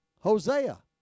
Hosea